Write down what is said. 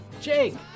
Jake